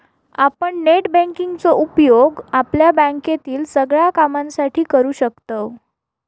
आपण net banking चो उपयोग आपल्या बँकेतील सगळ्या कामांसाठी करू शकतव